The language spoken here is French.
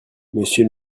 monsieur